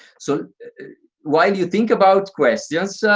so while you think about questions,